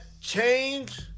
change